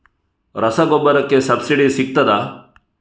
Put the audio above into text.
ರಸಗೊಬ್ಬರಕ್ಕೆ ಸಬ್ಸಿಡಿ ಸಿಗ್ತದಾ?